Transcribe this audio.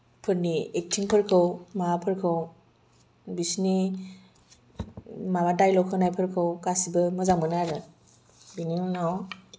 फोरनि एक्टिंफोरखौ माबाफोरखौ बिसोरनि माबा डायलग होनायफोरखौ गासैबो मोजां मोनो आरो बेनि उनाव